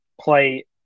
play